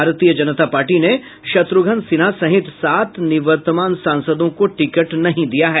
भारतीय जनता पार्टी ने शत्रुघ्न सिन्हा सहित सात निवर्तमान सांसदों को टिकट नहीं दिया है